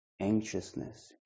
anxiousness